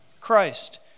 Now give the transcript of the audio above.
Christ